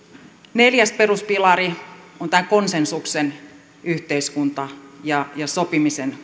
neljäs peruspilari on tämä konsensuksen yhteiskunta ja sopimisen